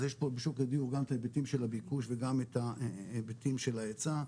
אז יש פה בשוק הדיור גם את ההיבטים של הביקוש וגם את ההיבטים של ההיצע.